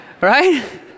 right